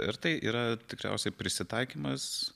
ir tai yra tikriausiai prisitaikymas